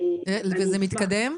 וזה מתקדם?